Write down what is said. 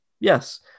Yes